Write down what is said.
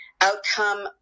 Outcome